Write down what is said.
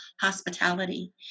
hospitality